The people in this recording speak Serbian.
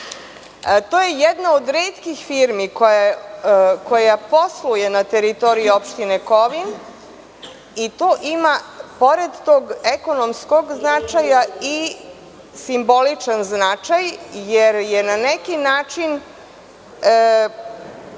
to je jedna od retkih firmi koja posluje na teritoriji opštine Kovin, i ima, pored tog ekonomskog značaja, simboličan značaj, jer je na neki način